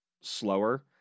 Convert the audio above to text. slower